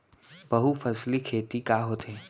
बहुफसली खेती का होथे?